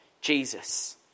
Jesus